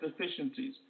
deficiencies